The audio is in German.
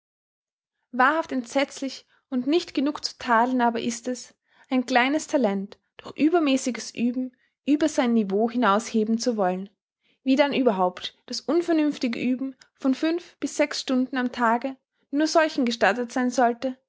wahrhaft entsetzlich und nicht genug zu tadeln aber ist es ein kleines talent durch übermäßiges ueben über sein niveau hinaus heben zu wollen wie dann überhaupt das unvernünftige ueben von fünf bis sechs stunden am tage nur solchen gestattet sein sollte